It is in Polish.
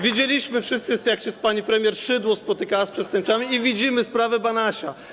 Widzieliśmy wszyscy, jak pani premier Szydło spotykała się z przestępcami i widzimy sprawę Banasia.